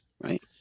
right